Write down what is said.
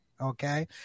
Okay